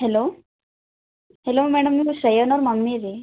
hello hello madam ನೀವು ಶ್ರೇಯನವರ mummy ರೀ